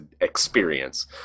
experience